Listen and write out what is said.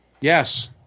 Yes